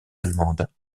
allemandes